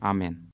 Amen